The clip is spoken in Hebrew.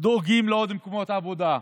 דואגים לעוד מקומות עבודה.